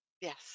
Yes